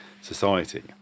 society